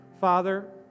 Father